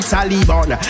Taliban